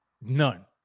None